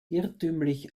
irrtümlich